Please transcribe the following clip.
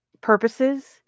Purposes